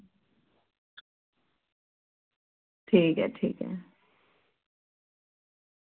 ठीक ऐ ठीक ऐ